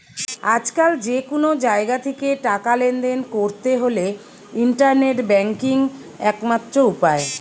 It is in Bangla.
আজকাল যে কুনো জাগা থিকে টাকা লেনদেন কোরতে হলে ইন্টারনেট ব্যাংকিং একমাত্র উপায়